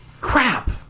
Crap